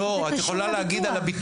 זה קשור לביטוח.